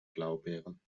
blaubeeren